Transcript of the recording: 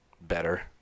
better